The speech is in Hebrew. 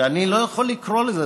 שאני לא יכול לקרוא לזה,